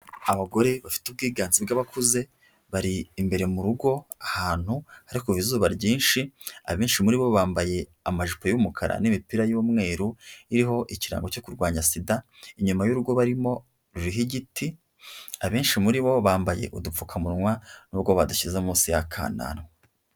Abagore bafite ubwiganze bw'abakuze bari imbere mu rugo ahantu hari kuva izuba ryinshi abenshi muri bo bambaye amajipo y'umukara n'imipira y'umweru iriho ikirango cyo kurwanya sida inyuma y'urugo barimo ruriho igiti abenshi muri bo bambaye udupfukamunwa n'ubwo badushyize munsi y'akananwa.